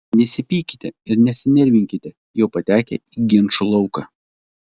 nesipykite ir nesinervinkite jau patekę į ginčų lauką